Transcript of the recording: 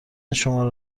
شماره